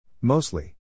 Mostly